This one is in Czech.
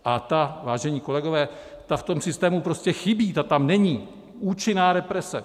A ta, vážení kolegové, ta v tom systému prostě chybí, ta tam není, účinná represe.